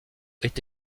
est